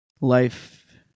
life